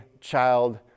child